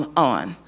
um on.